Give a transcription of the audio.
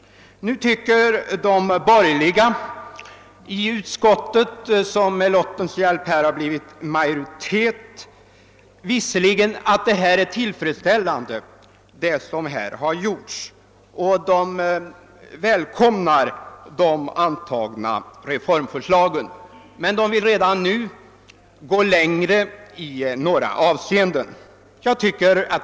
De borgerliga i utskottet, som med lottens hjälp har blivit majoritet, anser visserligen att det som har gjorts är tillfredsställande och välkomnar de antagna reformförslagen, men de vill redan nu gå längre i några avseenden.